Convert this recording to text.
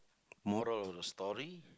moral of the story